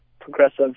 progressive